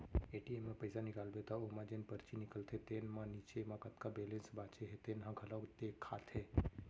ATM म पइसा निकालबे त ओमा जेन परची निकलथे तेन म नीचे म कतका बेलेंस बाचे हे तेन ह घलोक देखाथे